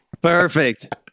perfect